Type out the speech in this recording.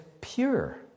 pure